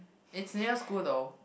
it's near school though